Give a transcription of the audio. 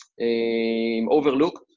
overlooked